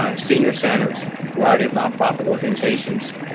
ah senior centers, a variety of non-profit organizations